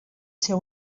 ser